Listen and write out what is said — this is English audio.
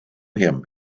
him